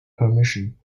permission